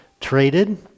traded